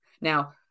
Now